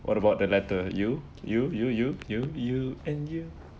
what about the letter you you you you you you and you